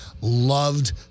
loved